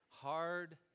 Hard